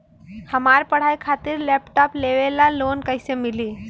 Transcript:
हमार पढ़ाई खातिर लैपटाप लेवे ला लोन कैसे मिली?